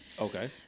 Okay